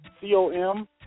C-O-M